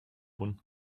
bund